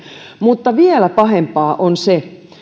mutta vielä pahempaa on se